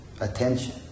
Attention